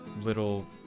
little